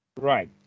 right